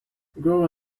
grow